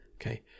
okay